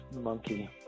monkey